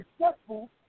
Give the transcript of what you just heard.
successful